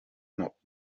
not